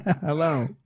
Hello